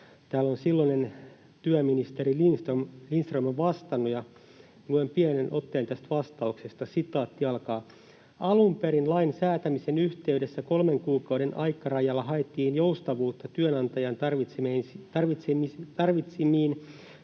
2018, ja silloinen työministeri Lindström on siihen vastannut. Luen pienen otteen tästä vastauksesta: ”Alun perin lain säätämisen yhteydessä kolmen kuukauden aikarajalla haettiin joustavuutta työnantajan tarvitsemiin